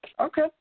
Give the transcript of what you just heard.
Okay